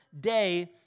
day